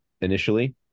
initially